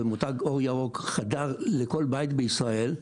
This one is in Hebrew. והמותג אור ירוק חדר לכל בית בישראל,